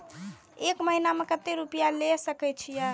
एक महीना में केते रूपया ले सके छिए?